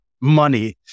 money